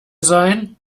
sein